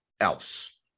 else